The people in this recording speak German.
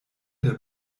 der